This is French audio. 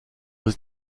aux